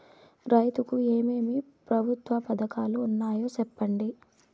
రైతుకు ఏమేమి ప్రభుత్వ పథకాలు ఉన్నాయో సెప్పండి?